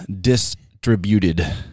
Distributed